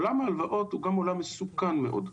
עולם ההלוואות הוא גם עולם מסוכן מאוד.